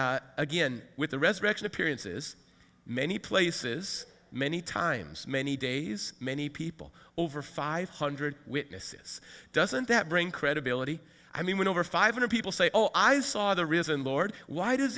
again with the resurrection appearances many places many times many days many people over five hundred witnesses doesn't that bring credibility i mean when over five hundred people say oh i saw the